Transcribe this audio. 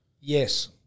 Yes